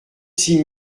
six